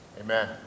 amen